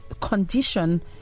condition